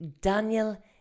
Daniel